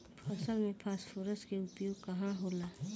फसल में फास्फोरस के उपयोग काहे होला?